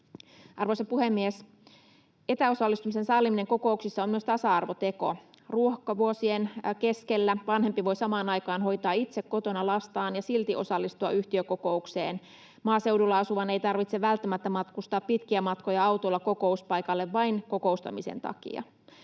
Arvoisa puhemies! Etäosallistumisen salliminen kokouksissa on myös tasa-arvoteko. Ruuhkavuosien keskellä vanhempi voi samaan aikaan hoitaa itse kotona lastaan ja silti osallistua yhtiökokoukseen. Maaseudulla asuvan ei tarvitse välttämättä matkustaa pitkiä matkoja autolla kokouspaikalle vain kokoustamisen takia.